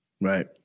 Right